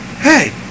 Hey